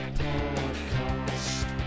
podcast